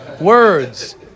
words